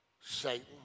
Satan